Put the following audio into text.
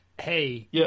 hey